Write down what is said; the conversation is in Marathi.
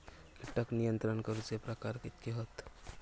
कीटक नियंत्रण करूचे प्रकार कितके हत?